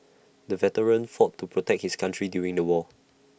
the veteran fought to protect his country during the war